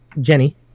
Jenny